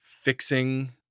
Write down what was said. Fixing